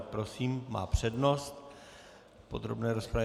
Prosím, má přednost v podrobné rozpravě.